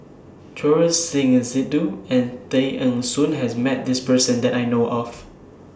Choor Singh Sidhu and Tay Eng Soon has Met This Person that I know of